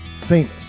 famous